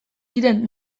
diren